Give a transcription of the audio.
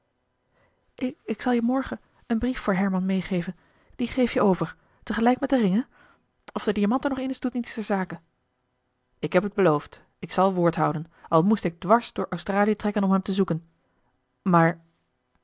ik zal je morgen een brief voor herman meegeven dien geef j e over tegelijk met den ring hè of de diamant er nog in is doet niets ter zake ik heb het beloofd ik zal woord houden al moest ik dwars door australië trekken om hem te zoeken maar